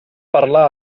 parlar